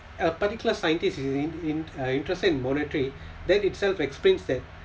a particular scientist is in~ in~ uh interested in monetary that itself explains that